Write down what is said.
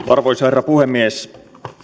arvoisa herra puhemies